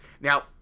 now